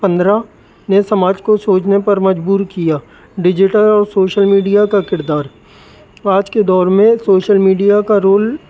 پندرہ نے سماج کو سوچنے پر مجبور کیا ڈیجیٹل اور سوشل میڈیا کا کردار آج کے دور میں سوشل میڈیا کا رول